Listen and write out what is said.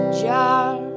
jar